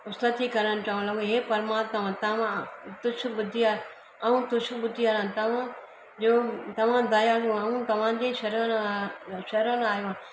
स्थुति करण चवण लॻो हे परमात्मा तां तुक्ष बुद्धी आहे ऐं तुक्ष बुद्धी वारा तव्हांजो तवां दयालु ऐं तव्हांजी शरण शरण आयो आहियां